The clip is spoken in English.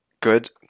good